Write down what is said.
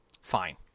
fine